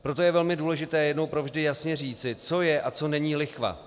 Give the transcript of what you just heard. Proto je velmi důležité jednou provždy jasně říci, co je a co není lichva.